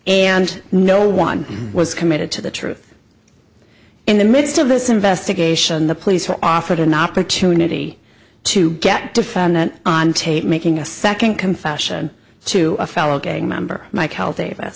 and no one was committed to the truth in the midst of this investigation the police were offered an opportunity to get defendant on tape making a second confession to a fellow gang member mike healthy